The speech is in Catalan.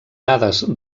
dades